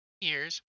years